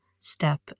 step